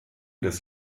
des